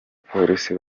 polisi